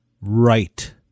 right